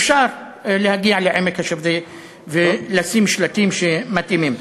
אפשר להגיע לעמק השווה ולשים שלטים מתאימים.